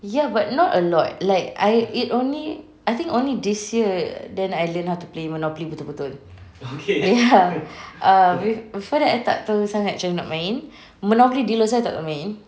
ya but not a lot like I it only I think only this year then I learn how to play monopoly betul-betul ya err bef~ before that I tak tahu sangat macam mana nak main monopoly deal also I tak tahu main